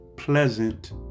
Pleasant